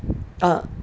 mm